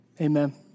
Amen